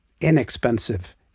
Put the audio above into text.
inexpensive